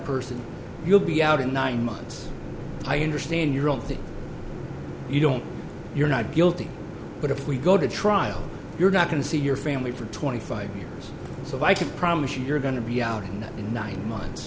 person you'll be out in nine months i understand your own thing you don't you're not guilty but if we go to trial you're not going to see your family for twenty five years so i can promise you you're going to be out in nine months